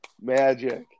magic